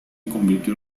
convirtió